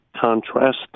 contrast